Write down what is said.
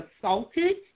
assaulted